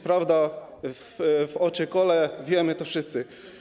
Prawda w oczy kole, wiemy to wszyscy.